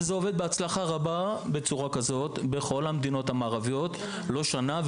וזה עובד בהצלחה רבה בצורה כזאת בכל המדינות המערביות לא שנה,